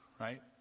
right